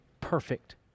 perfect